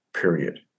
period